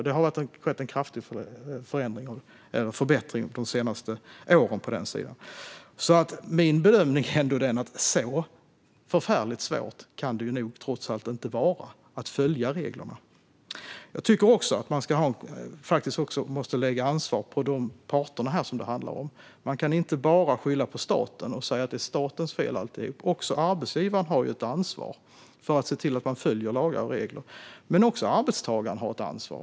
Det har alltså skett en kraftig förbättring de senaste åren. Min bedömning är ändå att så förfärligt svårt kan det nog trots allt inte vara att följa reglerna. Jag tycker också att man måste lägga ansvaret på de parter som det här handlar om. Man kan inte bara skylla på staten och säga att allt är statens fel. Även arbetsgivaren har ju ett ansvar att följa lagar och regler, men också arbetstagaren har ett ansvar.